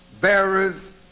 bearers